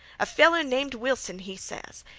a feller named wilson he ses.